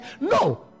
no